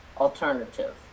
alternative